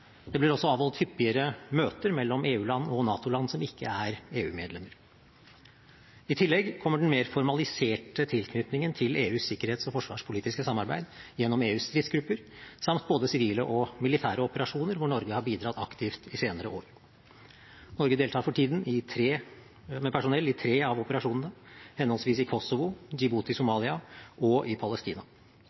Det blir også avholdt hyppigere møter mellom EU-land og NATO-land som ikke er EU-medlemmer. I tillegg kommer den mer formaliserte tilknytningen til EUs sikkerhets- og forsvarspolitiske samarbeid gjennom EUs stridsgrupper samt både sivile og militære operasjoner, hvor Norge har bidratt aktivt i senere år. Norge deltar for tiden med personell i tre av operasjonene, henholdsvis i Kosovo, Djibouti, Somalia og i Palestina.